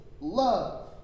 love